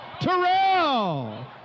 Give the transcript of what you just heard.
Terrell